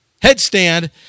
headstand